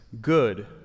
good